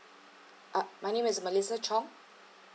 uh my name is melissa chong